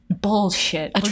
bullshit